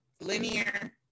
linear